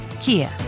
Kia